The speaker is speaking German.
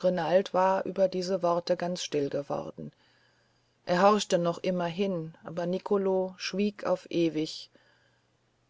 renald war über diese worte ganz still geworden er horchte noch immer hin aber nicolo schwieg auf ewig